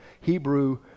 Hebrew